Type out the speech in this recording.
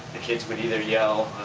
the kids would either yell.